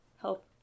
Help